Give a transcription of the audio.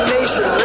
Nation